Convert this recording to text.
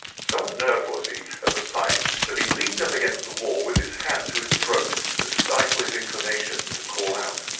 so unnerved was he at the sight that he leaned up against the wall with his hand to his throat to stifle his inclination to call out.